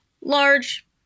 large